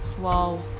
Wow